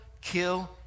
kill